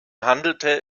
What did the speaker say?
handelte